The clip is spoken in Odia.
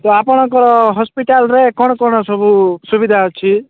ତ ଆପଣଙ୍କର ହସ୍ପିଟାଲ୍ରେ କ'ଣ କ'ଣ ସବୁ ସୁବିଧା ଅଛି